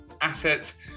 asset